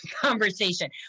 conversation